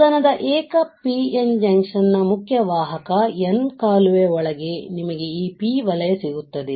ಸಾಧನದ ಏಕ PN ಜಂಕ್ಷನ್ನ ಮುಖ್ಯ ವಾಹಕ ಕಾಲುವೆಯ ಒಳಗೆ ನಿಮಗೆ ಈ P ವಲಯ ಸಿಗುತ್ತದೆ